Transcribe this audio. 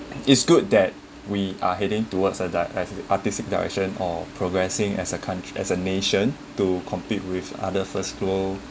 it's good that we are heading towards uh a~ that artistic direction or progressing as a country as a nation to compete with other first glob~